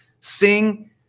sing